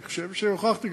אני חושב שהוכחתי,